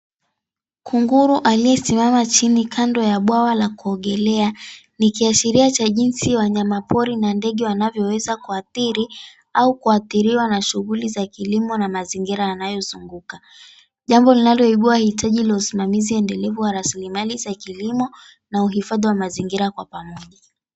Kunguru aliyesimama chini kando ya bwawa la kuogelea ni kiashiria cha jinsi wanyama pori na ndege wanavyoweza kuathiri au kuathiriwa na shughuli za kilimo na mazingira yanayozunguka. Jambo linaloibua hitaji la usimamizi endelevu wa rasilimali za kilimo na uhifadhi wa mazingira kwa pamoja.